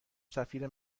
سفیر